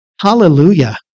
hallelujah